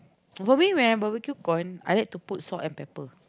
probably when I barbecue corn I like to put salt and pepper